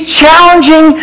challenging